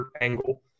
angle